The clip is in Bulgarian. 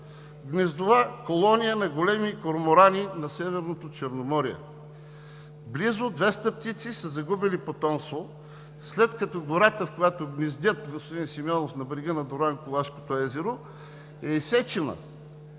гнездова колония на големи корморани на Северното Черноморие? Близо 200 птици са загубили потомство след като гората, в която гнездят, господин Симеонов, на брега на Дуранкулашкото езеро, е изсечена,